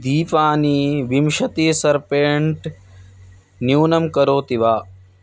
दीपानि विंशति सर्पेण्ट् न्यूनं करोति वा